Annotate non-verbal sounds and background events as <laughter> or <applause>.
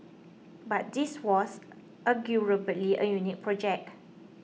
but this was <unintelligible> a unique project